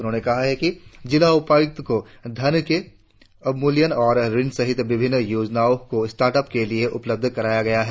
उन्होंने कहा कि जिला उपायुक्त को धन के अवमूल्यन और ऋण सहित विभिन्न योजनाओं को स्टार्टअप के लिए उपलब्ध कराया जा रहा है